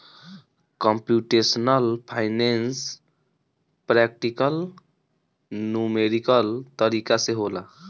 computational finance practical numerical तरीका से होला